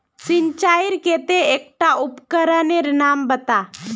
सिंचाईर केते एकटा उपकरनेर नाम बता?